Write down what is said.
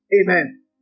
Amen